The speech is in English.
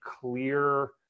clear